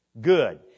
Good